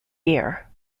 year